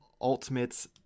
Ultimates